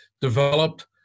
developed